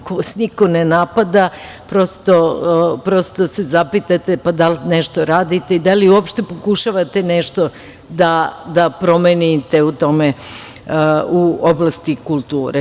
Ako vas niko ne napada, prosto se zapitate da li nešto i radite i da li uopšte pokušavate nešto da promenite u oblasti kulture.